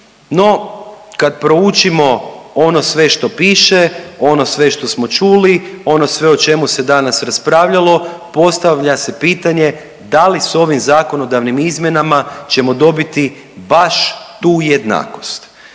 No, kad proučimo ono sve što piše, ono sve što smo čuli, ono sve o čemu se danas raspravljalo postavlja se pitanje da li sa ovim zakonodavnim izmjenama ćemo dobiti baš tu jednakost.